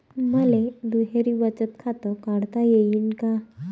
मले दुहेरी बचत खातं काढता येईन का?